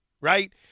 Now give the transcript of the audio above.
Right